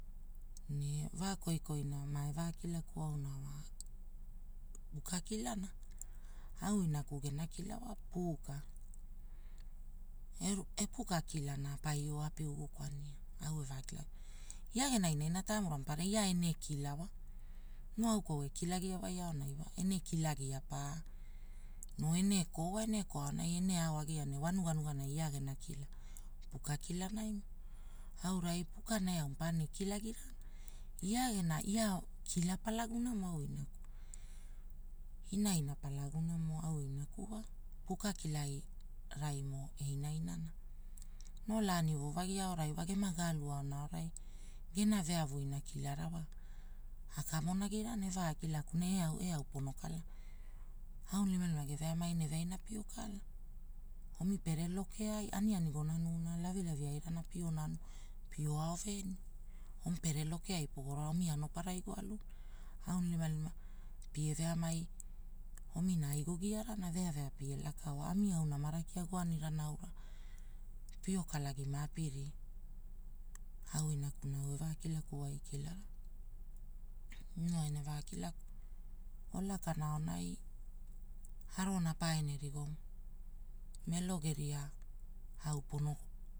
Ne va koikoina mave vakilakuo auna, puka kilana, au inaku gena kila puka. Epuka kilana paio api ugu kwania, au evakilakuo. Ia gena ina ina taemuna maparanai ia ene kila wa, noo au kwaua ekilagiwa aonai, ene kilagia pa noo ene koo, ene aonai ene ao agia ne, ne wanuga nuganai ia gena kila, puka kilanai aura. pukana, eau paene kilagira, ia gena ia kila Palaguna mo, inaina Palagunamo au inaku wa, puka kilaraimo einainana. Noo laani wovagi aonai noo gema gaalu aona aorai, gena veavu ina kilara wa, akamonagirana eva kilakuna, eau eau pono kala, aulimalima geve amaina veaina pio kala Oma pere loke ai aniani gonanauna lavilavi airana pio nanu pio ao veni, omi pere lokeai pogoro alu omi anoparai goaluna. Aulimalima pie veamai omina ai gogiarana vea vea pia lakaoa, ami au namara kia goaninana aura wa pio kala gi mamiri. Au inakuna evakilakuwai kilara, noo ene vaakilaku, olaka aonai arona. paene rigomu, melo geria au pono wo